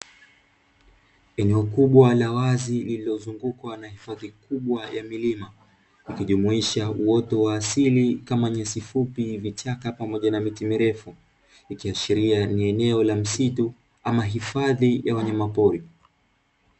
Eneo kubwa la wazi lililozungukwa na hifadhi kubwa ya milima ikijumuisha uoto wa asili kama nyasi fupi, vichaka pamoja na miti mirefu, ikiashiria ni eneo la misitu au hifadhi ya wanyama pori.